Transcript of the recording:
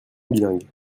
bilingues